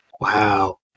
Wow